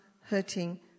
hurting